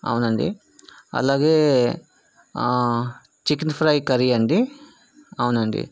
అవును అండి అలాగే చికెన్ ఫ్రై కర్రీ అండి అవును అండి